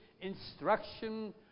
instruction